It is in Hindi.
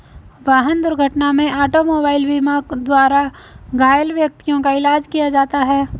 वाहन दुर्घटना में ऑटोमोबाइल बीमा द्वारा घायल व्यक्तियों का इलाज किया जाता है